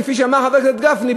כפי שאמר חבר הכנסת גפני,